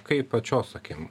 kaip pačios akim